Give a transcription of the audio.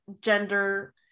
gender